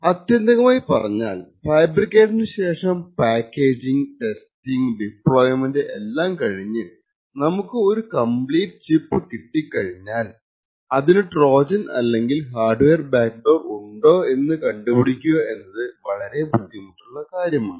ആത്യന്തികമായി പറഞ്ഞാൽ ഫാബ്രിക്കേഷനു ശേഷം പാക്കേജ് ടെസ്റ്റിംഗ് ഡിപ്ലോയ്മെൻറ് എല്ലാം കഴിഞ്ഞു നമുക്ക് ഒരു കംപ്ലീറ്റ് ചിപ്പ് കിട്ടിക്കഴിഞ്ഞാൽ അതിനു ട്രോജൻ അല്ലെങ്കിൽ ഹാർഡ്വെയർ ബാക്ക്ഡോർ ഉണ്ടോ എന്ന് കണ്ടുപ്പിടിക്കുക എന്നത് വളരെ ബുദ്ധിമുട്ടുള്ള കാര്യമാണ്